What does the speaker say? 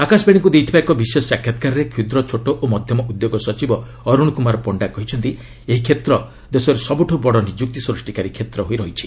ଆକାଶବାଣୀକୁ ଦେଇଥିବା ଏକ ବିଶେଷ ସାକ୍ଷାତ୍କାରରେ କ୍ଷୁଦ୍ର ଛୋଟ ଓ ମଧ୍ୟମ ଉଦ୍ୟୋଗ ସଚିବ ଅରୁଣ କୁମାର ପଣ୍ଡା କହିଛନ୍ତି ଏହି କ୍ଷେତ୍ର ଦେଶରେ ସବୁଠୁ ବଡ଼ ନିଯୁକ୍ତି ସ୍ୱଷ୍ଟିକାରୀ କ୍ଷେତ୍ର ହୋଇ ରହିଛି